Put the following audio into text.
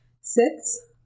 Six